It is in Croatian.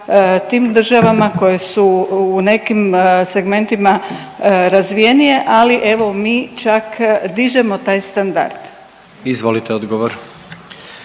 tim državama koje su u nekim segmentima razvijenije, ali evo mi čak dižemo taj standard. **Jandroković,